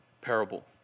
parable